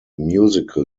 musical